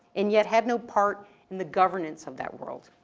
and yet had no part in the governance of that world.